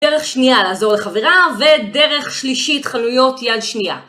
דרך שנייה לעזור לחברה, ודרך שלישית חנויות יד שנייה.